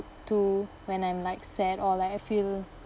to when I'm like sad or like I feel